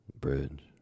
Bridge